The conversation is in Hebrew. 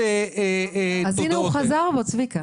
צוהריים טובים.